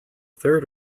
third